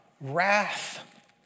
wrath